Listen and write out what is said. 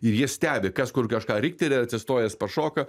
ir jie stebi kas kur kažką riktelėjo atsistojęs pašoka